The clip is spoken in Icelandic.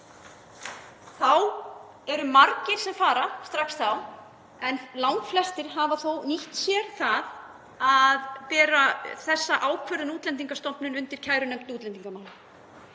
þá fara margir strax, en langflestir hafa þó nýtt sér það að bera þessa ákvörðun Útlendingastofnunar undir kærunefnd útlendingamála.